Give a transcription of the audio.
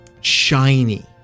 shiny